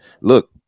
look